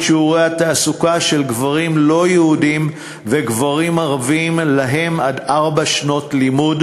שיעורי התעסוקה של גברים לא-יהודים וגברים ערבים שלהם עד ארבע שנות לימוד,